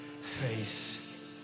face